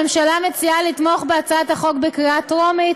הממשלה מציעה לתמוך בהצעת החוק בקריאה טרומית,